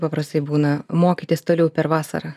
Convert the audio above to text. paprastai būna mokytis toliau per vasarą